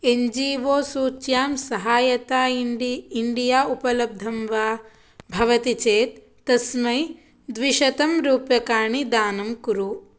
N G O सूच्यां सहायता इण्डि इण्डिया उपलब्धं वा भवति चेत् तस्मै द्विशतम् रूप्यकाणि दानं कुरु